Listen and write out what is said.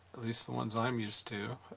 at least the ones i'm used to.